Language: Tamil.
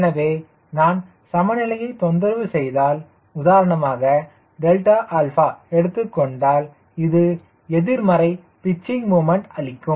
எனவே நான் சமநிலையை தொந்தரவு செய்தால் உதாரணமாக எடுத்துக் கொண்டால் இது எதிர்மறை பிச்சிங் முமண்ட் அளிக்கும்